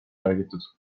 räägitud